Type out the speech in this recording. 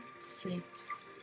six